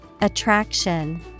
Attraction